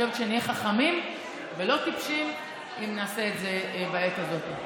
אני חושבת שנהיה חכמים ולא טיפשים אם נעשה את זה בעת הזאת.